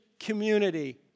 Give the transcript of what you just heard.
community